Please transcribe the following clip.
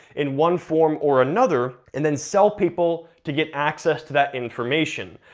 in one form or another, and then sell people to get access to that information.